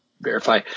verify